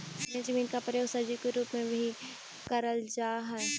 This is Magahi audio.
फ्रेंच बीन का प्रयोग सब्जी के रूप में भी करल जा हई